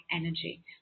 energy